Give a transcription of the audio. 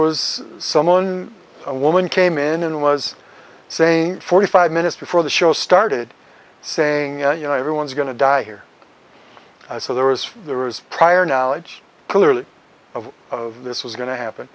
was some own woman came in and was saying forty five minutes before the show started saying you know everyone's going to die here so there was the wrist prior knowledge clearly of of this was going to happen